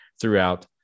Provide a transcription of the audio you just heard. throughout